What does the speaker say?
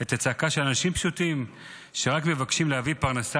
צעקה של אנשים פשוטים שרק מבקשים להביא פרנסה